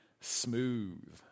Smooth